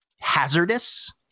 hazardous